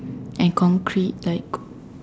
and concrete like